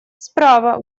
справа